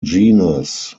genus